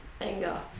anger